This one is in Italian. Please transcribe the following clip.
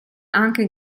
anche